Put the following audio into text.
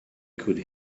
could